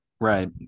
Right